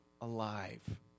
alive